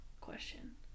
question